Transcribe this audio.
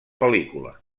pel·lícula